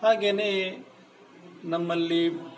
ಹಾಗೆಯೇ ನಮ್ಮಲ್ಲಿ